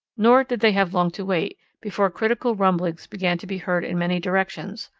nor did they have long to wait before critical rumblings began to be heard in many directions,